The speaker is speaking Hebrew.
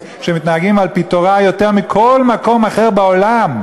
שמתנהגים על-פי התורה יותר מאשר בכל מקום אחר בעולם.